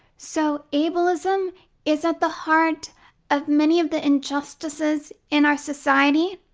so, ableism is at the heart of many of the injustices in our society,